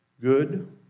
good